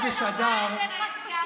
הרסתם את המדינה.